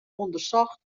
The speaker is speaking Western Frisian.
ûndersocht